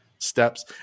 steps